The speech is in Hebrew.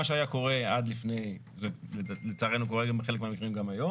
מה שהיה קורה לפני כן - לצערנו קורה בחלק מהמקרים גם היום